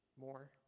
more